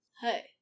hey